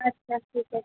আচ্ছা ঠিক আছে